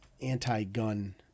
anti-gun